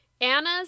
Anna's